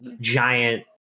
giant